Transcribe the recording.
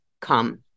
come